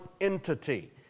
entity